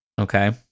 okay